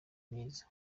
myiza